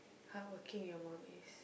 hardworking your mum is